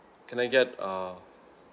can I get uh